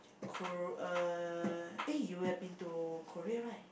Kor~ eh you have been to Korea right